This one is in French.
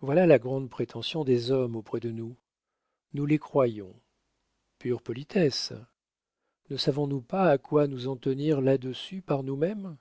voilà la grande prétention des hommes auprès de nous nous les croyons pure politesse ne savons-nous pas à quoi nous en tenir là-dessus par nous-mêmes